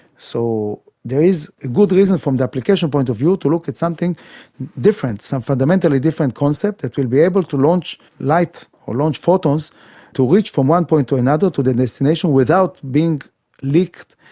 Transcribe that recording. so there is good reason from the application point of view to look at something different, some fundamentally different concept that will be able to launch light or launch photons to reach from one point to another, to the destination, without being leaked,